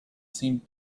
seemed